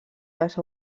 les